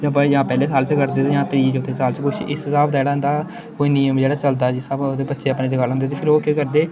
जां भाई जां पैह्ले साल च कट्टदे ते जां त्रिये चौथे साल च कुछ इस स्हाब दा जेह्ड़ा इं'दा कोई नियम जेह्ड़ा ऐ चलदा ऐ जिस स्हाबै उसदे बच्चे अपने जगाल लुआंदे फिर ओह् केह् करदे